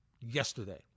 yesterday